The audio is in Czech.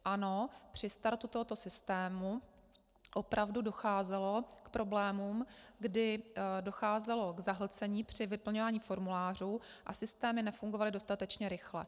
Ano, při startu tohoto systému opravdu docházelo k problémům, kdy docházelo k zahlcení při vyplňování formulářů a systémy nefungovaly dostatečně rychle.